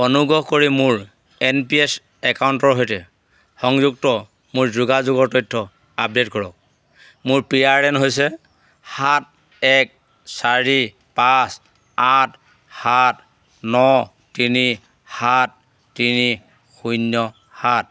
অনুগ্ৰহ কৰি মোৰ এন পি এছ একাউণ্টৰ সৈতে সংযুক্ত মোৰ যোগাযোগৰ তথ্য আপডে'ট কৰক মোৰ পি আৰ এন হৈছে সাত এক চাৰি পাঁচ আঠ সাত ন তিনি সাত তিনি শূন্য সাত